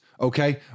okay